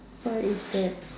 what is that